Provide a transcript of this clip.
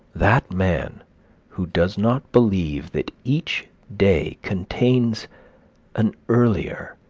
that man who does not believe that each day contains an earlier,